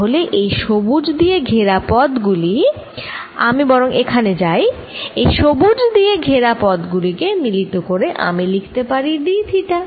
তাহলে এই সবুজ দিয়ে ঘেরা পদ গুলি আমি বরং এইখানে যাই এই সবুজ দিয়ে ঘেরা পদ গুলি কে মিলিত করে আমি লিখতে পারি d থিটা